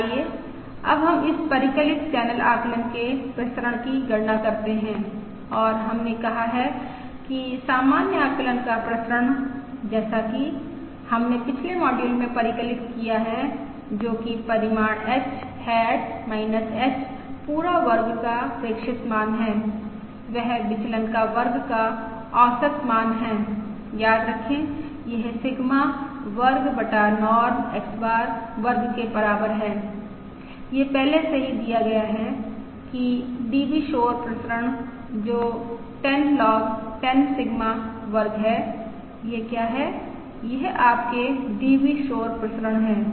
आइए अब हम इस परिकलित चैनल आकलन के प्रसरण की गणना करते हैं और हमने कहा है कि सामान्य आकलन का प्रसरण जैसा कि हमने पिछले मॉड्यूल में परिकलित किया है जो कि परिमाण H हैट H पूरा वर्ग का प्रेक्षित मान है वह विचलन का वर्ग का औसत मान है याद रखें यह सिग्मा वर्ग बटा नॉर्म X बार वर्ग के बराबर है यह पहले से ही दिया गया है कि DB शोर प्रसरण जो 10 लॉग 10 सिग्मा वर्ग है यह क्या है यह आपके DB शोर प्रसरण है